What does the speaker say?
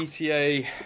ETA